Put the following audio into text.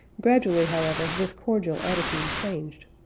gradually, however, this cordial attitude changed.